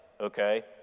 okay